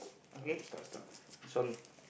uh you start you start this one